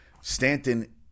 Stanton